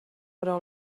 però